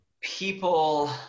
people